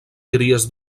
cries